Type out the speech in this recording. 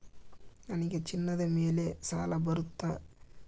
ನನಗೆ ಚಿನ್ನದ ಮೇಲೆ ಸಾಲ ಬರುತ್ತಾ?